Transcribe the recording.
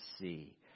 see